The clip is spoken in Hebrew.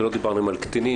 ולא דיברתם על קטינים,